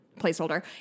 placeholder